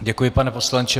Děkuji, pane poslanče.